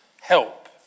help